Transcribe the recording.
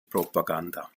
propaganda